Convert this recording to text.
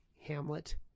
Hamlet